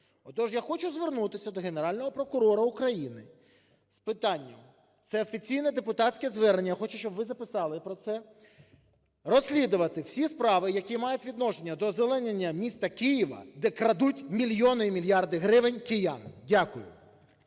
Отож, я хочу звернутися до Генерального прокурора України з питанням - це офіційне депутатське звернення, - хочу, щоб ви записали про це, розслідувати всі справи, які мають відношення до озеленення міста Києва, де крадуть мільйони і мільярди гривень киян. Дякую.